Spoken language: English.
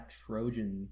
trojan